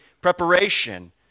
preparation